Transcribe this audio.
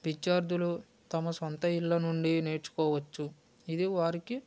విద్యార్థులు తమ సొంత ఇళ్ళ నుండి నేర్చుకోవచ్చు ఇది వారికి